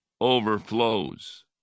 overflows